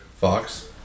Fox